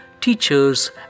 teachers